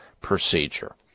procedure